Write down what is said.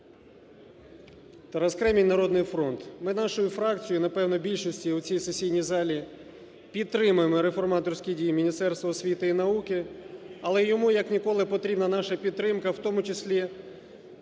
Тарас Кремінь, "Народний фронт". Ми нашою фракцією, напевне більшістю у цій сесійній залі підтримуємо реформаторські дії Міністерства освіти і науки. Але йому як ніколи потрібна наша підтримка, в тому числі